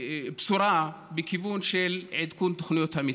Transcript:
בשורה בכיוון של עדכון תוכניות המתאר,